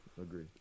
agree